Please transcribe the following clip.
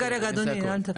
רגע, אדוני, אל תפריע לו.